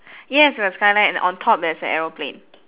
yes with a skyline and on top there's a aeroplane